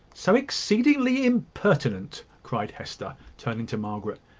so exceedingly impertinent! cried hester, turning to margaret.